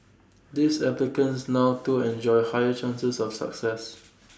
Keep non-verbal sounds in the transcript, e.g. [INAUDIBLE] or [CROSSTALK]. these applicants now to enjoy higher chances of success [NOISE]